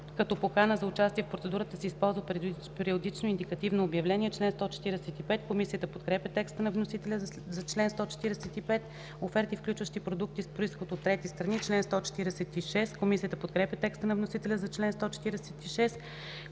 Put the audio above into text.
като покана за участие в процедура се използват периодично индикативно обявление.” Комисията подкрепя текста на вносителя за чл. 145. „Оферти, включващи продукти с произход от трети страни.” Комисията подкрепя текста на вносителя за чл. 146.